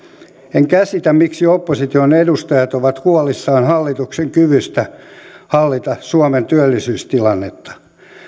en käsitä miksi opposition edustajat ovat huolissaan hallituksen kyvystä hallita suomen työllisyystilannetta